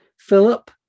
Philip